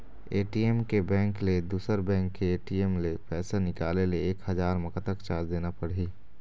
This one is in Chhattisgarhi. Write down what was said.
ए.टी.एम के बैंक ले दुसर बैंक के ए.टी.एम ले पैसा निकाले ले एक हजार मा कतक चार्ज देना पड़ही?